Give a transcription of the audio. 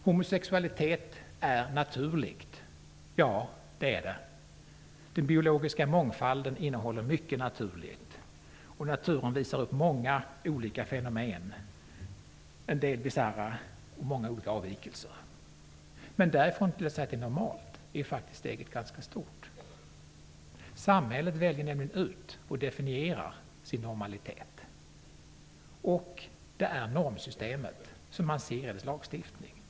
Homosexualitet är naturligt. Den biologiska mångfalden innehåller mycket naturligt. Naturen visar upp många olika fenomen, en del bisarra, och många olika avvikelser. Men steget är ganska stort till att säga att det är normalt. Samhället väljer nämligen ut och definierar sin normalitet. Det är normsystemet som syns i lagstiftningen.